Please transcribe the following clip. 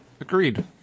Agreed